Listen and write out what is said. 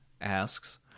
asks